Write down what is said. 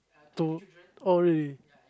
to oh really